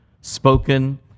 Spoken